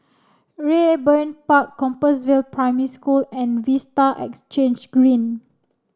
Raeburn Park Compassvale Primary School and Vista Exhange Green